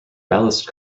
ballast